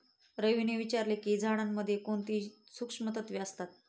रवीने विचारले की झाडांमध्ये कोणती सूक्ष्म तत्वे असतात?